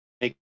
make